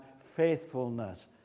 faithfulness